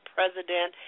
President